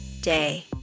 day